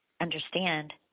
understand